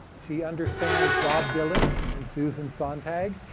she understands bob dylan and susan sontag.